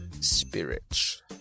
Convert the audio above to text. spirits